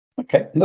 Okay